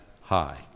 high